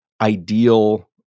ideal